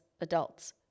adults